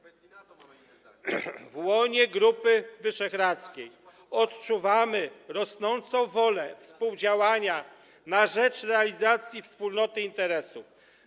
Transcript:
W łonie Grupy Wyszehradzkiej odczuwamy rosnącą wolę współdziałania na rzecz realizacji wspólnoty interesów.